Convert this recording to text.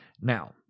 Now